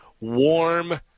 warm